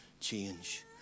change